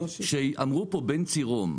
שאמר פה בנצי רון,